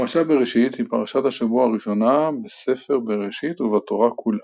פרשת בראשית היא פרשת השבוע הראשונה בספר בראשית ובתורה כולה.